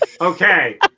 Okay